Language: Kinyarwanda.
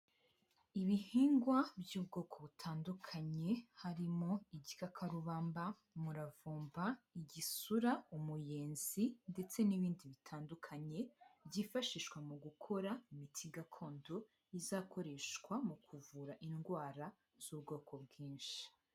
Ibihingwa by'ubwoko butandukanye harimo igikakarubamba, umuravumba, igisura, umuyenzi ndetse n'ibindi bitandukanye, byifashishwa mu gukora imiti gakondo izakoreshwa mu kuvura indwara z'ubwoko bwinshi.